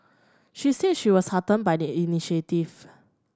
she said she was heartened by the initiative